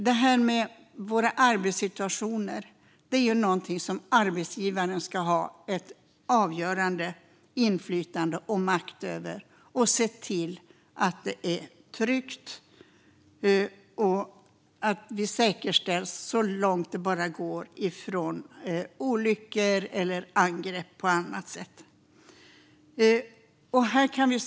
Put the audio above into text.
Det är arbetsgivaren som ska ha avgörande inflytande och makt över vår arbetssituation och se till att det är tryggt och att vi så långt det bara går är säkra när det gäller olyckor eller angrepp.